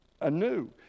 anew